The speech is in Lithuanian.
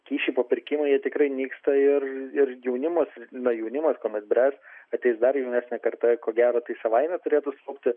kyšiai papirkimai jie tikrai nyksta ir jaunimas jaunimas kuomet bręs ateis dar jaunesnė karta ko gero tai savaime turėtų smukti